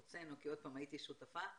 הוצאנו כי הייתי שותפה,